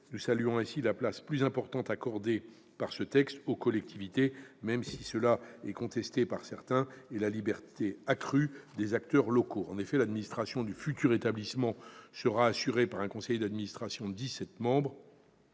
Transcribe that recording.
Nous saluons ainsi la place plus importante accordée par ce texte aux collectivités, même si cela est contesté par certains, et la liberté accrue des acteurs locaux. En effet, l'administration du futur établissement sera assurée par un conseil d'administration de dix-sept membres,